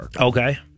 Okay